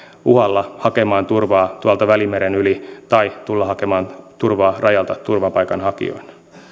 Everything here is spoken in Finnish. uhalla hakemaan turvaa tuolta välimeren yli tai tulemaan hakemaan turvaa rajalta turvapaikanhakijoina